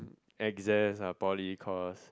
exams poly cause